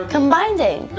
Combining